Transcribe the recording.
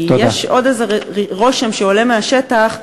כי יש עוד איזה רושם שעולה מהשטח,